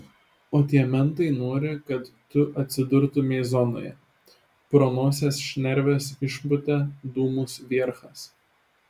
o tie mentai nori kad tu atsidurtumei zonoje pro nosies šnerves išpūtė dūmus vierchas